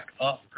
up